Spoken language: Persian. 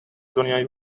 دنیای